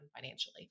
financially